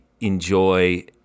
enjoy